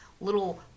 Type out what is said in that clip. little